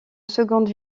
seconde